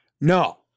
No